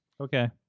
okay